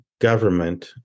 government